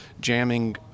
jamming